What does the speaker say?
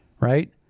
right